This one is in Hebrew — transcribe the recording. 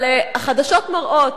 אבל החדשות מראות,